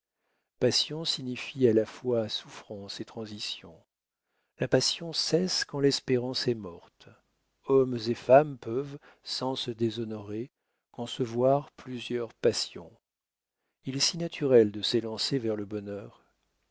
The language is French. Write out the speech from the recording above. passion signifie à la fois souffrance et transition la passion cesse quand l'espérance est morte hommes et femmes peuvent sans se déshonorer concevoir plusieurs passions il est si naturel de s'élancer vers le bonheur